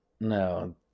no